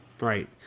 Right